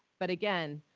but again,